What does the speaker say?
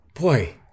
boy